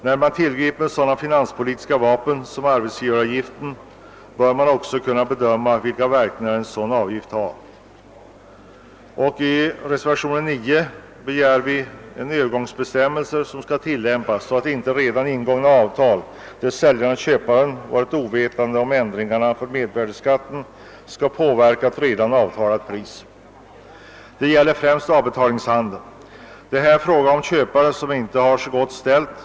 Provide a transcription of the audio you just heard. När man tillgriper sådana finanspolitiska vapen som arbetsgivaravgiften bör män också kunna bedöma vilka verkningar en sådan avgift har. I reservationen 9 begär vi en öÖövergångsbestämmelse så att de priser som fastställts i redan ingångna avtal inte skall påverkas av höjningen av mervärdeskatten, eftersom säljaren och köparen vid avtalets ingående var ovetande om ändringen. Detta gäller främst avbetalningshandeln. Det är här fråga om köpare som inte har det så gott ställt.